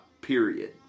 period